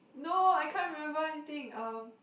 no I can't remember anything uh